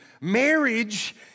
marriage